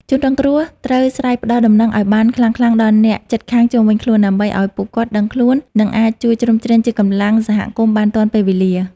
ជនរងគ្រោះត្រូវស្រែកផ្ដល់ដំណឹងឱ្យបានខ្លាំងៗដល់អ្នកជិតខាងជុំវិញខ្លួន ដើម្បីឱ្យពួកគាត់ដឹងខ្លួន និងអាចជួយជ្រោមជ្រែងជាកម្លាំងសហគមន៍បានទាន់ពេលវេលា។